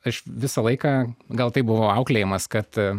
aš visą laiką gal taip buvau auklėjamas kad